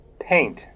Paint